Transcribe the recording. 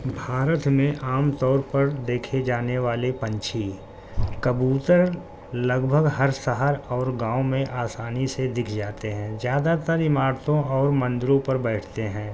بھارت میں عام طور پر دیکھے جانے والے پنچھی کبوتر لگ بھگ ہر سہر اور گاؤں میں آسانی سے دکھ جاتے ہیں زیادہ تر عمارتوں اور مندروں پر بیٹھتے ہیں